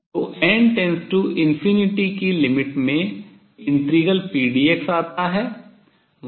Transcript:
तो n →∞ की limit में ∫pdx आता है